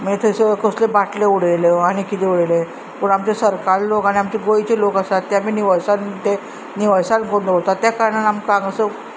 मागीर थंयसर कसल्यो बाटल्यो उडयल्यो आनी कितें उडयलें पूण आमचे सरकार लोक आनी आमचे गोंयचे लोक आसात ते आमी निवळसाण ते निवळसाण करून दवरतात त्या कारणान आमकां हांगासर